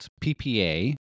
PPA